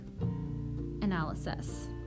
Analysis